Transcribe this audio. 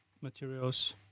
materials